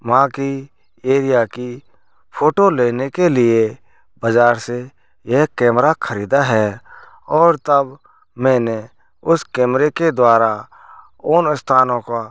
वहाँ की एरिया की फ़ोटो लेने के लिए बाज़ार से यह कैमरा खरीदा है और तब मैंने उस कैमरे के द्वारा उन स्थानों का